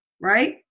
right